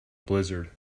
blizzard